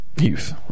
Youth